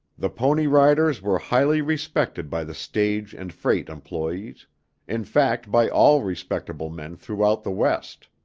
the pony riders were highly respected by the stage and freight employees in fact by all respectable men throughout the west.